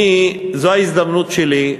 זו ההזדמנות שלי,